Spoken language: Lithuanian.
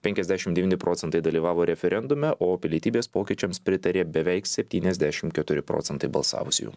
penkiasdešimt devyni procentai dalyvavo referendume o pilietybės pokyčiams pritarė beveik septyniasdešimt keturi procentai balsavusiųjų